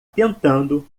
tentando